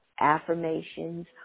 affirmations